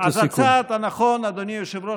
אז הצעד הנכון, אדוני היושב-ראש,